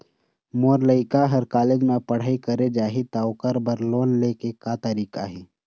मोर लइका हर कॉलेज म पढ़ई करे जाही, त ओकर बर लोन ले के का तरीका हे?